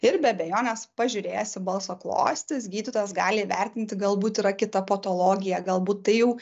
ir be abejonės pažiūrėjęs į balso klostes gydytojas gali įvertinti galbūt yra kita patologija galbūt tai jau